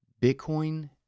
Bitcoin